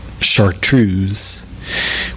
chartreuse